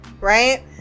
right